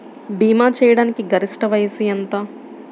భీమా చేయాటానికి గరిష్ట వయస్సు ఎంత?